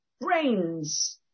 brains